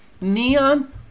neon